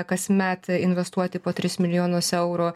kasmet investuoti po tris milijonus eurų